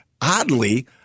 oddly